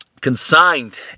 consigned